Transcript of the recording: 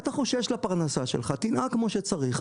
אם אתה חושש לפרנסה שלך, תנהג כמו שצריך.